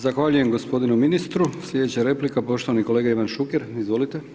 Zahvaljujem gospodinu ministru, slijedeća replika poštovani kolega Ivan Šuker, izvolite.